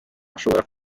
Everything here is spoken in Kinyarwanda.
ashobora